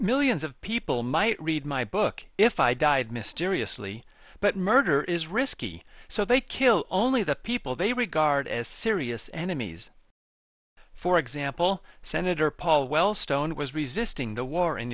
millions of people might read my book if i died mysteriously but murder is risky so they kill only the people they regard as serious enemies for example senator paul wellstone was resisting the war in